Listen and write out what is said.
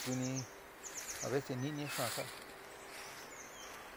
suni a veces nɨnɨ xaán sa'a.